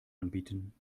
anbieten